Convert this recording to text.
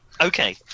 Okay